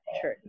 true